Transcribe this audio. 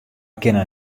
kinne